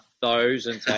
thousand